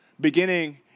beginning